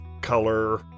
color